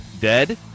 dead